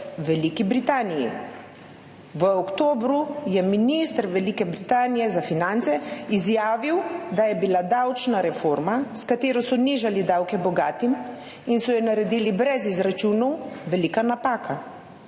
V oktobru je minister za finance Velike Britanije izjavil, da je bila davčna reforma, s katero so nižali davke bogatim in so jo naredili brez izračunov, velika napaka.